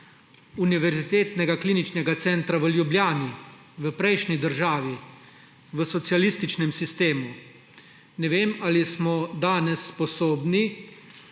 Univerzitetnega kliničnega centra Ljubljana v prejšnji državi, v socialističnem sistemu. Ne vem, ali smo danes sposobni